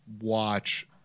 watch